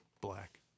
black